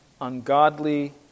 ungodly